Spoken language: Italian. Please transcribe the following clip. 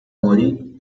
morì